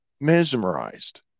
mesmerized